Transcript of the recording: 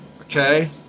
Okay